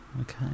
Okay